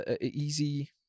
easy